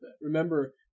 Remember